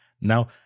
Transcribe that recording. Now